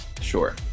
Sure